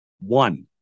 One